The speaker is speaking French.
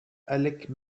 alec